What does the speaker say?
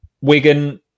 Wigan